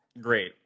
great